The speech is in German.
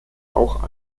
auch